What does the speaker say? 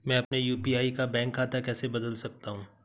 मैं अपने यू.पी.आई का बैंक खाता कैसे बदल सकता हूँ?